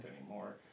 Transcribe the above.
anymore